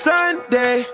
Sunday